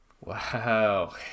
wow